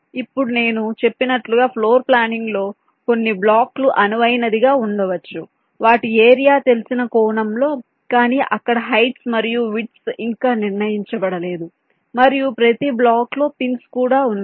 ఇప్పుడు నేను చెప్పినట్లుగా ఫ్లోర్ ప్లానింగ్లో కొన్ని బ్లాక్ లు అనువైనదిగా ఉండవచ్చు వాటి ఏరియా తెలిసిన కోణంలో కానీ అక్కడ హైట్స్ మరియు విడ్త్స్ ఇంకా నిర్ణయించబడలేదు మరియు ప్రతి బ్లాక్లో పిన్స్ కూడా ఉన్నాయి